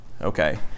okay